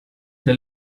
they